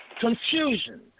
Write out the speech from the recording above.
confusion